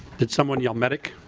did someone yell medical?